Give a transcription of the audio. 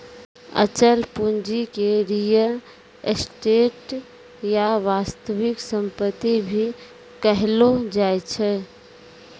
अचल पूंजी के रीयल एस्टेट या वास्तविक सम्पत्ति भी कहलो जाय छै